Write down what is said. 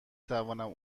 توانم